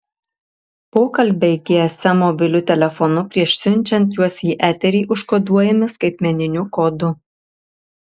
pokalbiai gsm mobiliu telefonu prieš siunčiant juos į eterį užkoduojami skaitmeniniu kodu